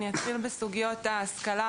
אני אתחיל בסוגיות ההשכלה,